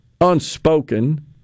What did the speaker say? unspoken